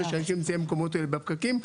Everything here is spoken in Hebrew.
אנשים במקומות האלה בפקקים,